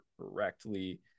correctly